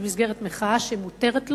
במסגרת מחאה שמותרת לו,